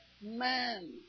man